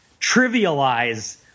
trivialize